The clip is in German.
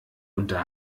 unter